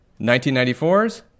1994's